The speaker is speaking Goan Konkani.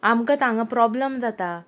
आमकां हांगा प्रोब्लम जाता